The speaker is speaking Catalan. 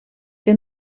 que